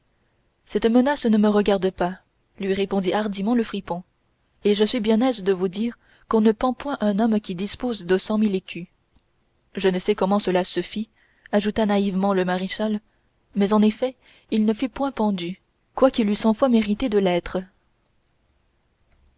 cette menace ne me regarde pas lui répondit hardiment le fripon et je suis bien aise de vous dire qu'on ne pend point un homme qui dispose de cent mille écus je ne sais comment cela se fit ajoutait naïvement le maréchal mais en effet il ne fut point pendu quoiqu'il eût cent fois mérité de l'être